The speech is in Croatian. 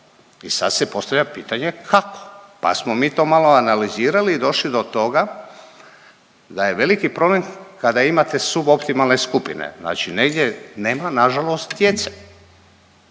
I sad se postavlja pitanje kako, pa smo mi to malo analizirali i došli do toga da je veliki problem kada imate suboptimalne skupine. Znači negdje nema nažalost djece.